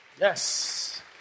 Yes